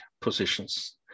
positions